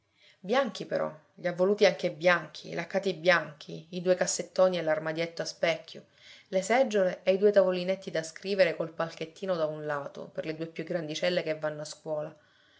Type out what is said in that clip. bianchi però li ha voluti anche bianchi laccati bianchi i due cassettoni e l'armadietto a specchio le seggiole e i due tavolinetti da scrivere col palchettino da un lato per le due più grandicelle che vanno a scuola